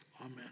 Amen